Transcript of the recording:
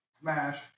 Smash